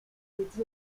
directs